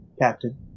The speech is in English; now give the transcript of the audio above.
Captain